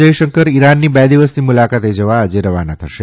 યશંકર ઇરાનની બે દિવસની મુલાકાતે વા આજે રવાના થશે